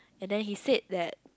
and then he said that